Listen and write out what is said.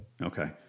Okay